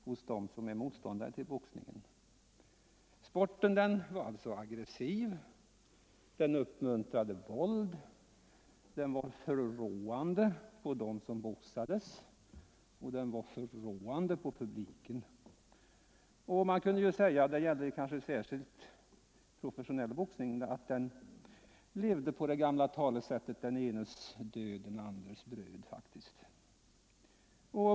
Man kan således läsa att sporten var aggressiv, den uppmuntrade till våld, den verkade förråande på dem som boxades och på publiken, och — kanske särskilt då det gällde professionell boxning — den kunde sägas leva efter det gamla talesättet: den enes död, den andres bröd.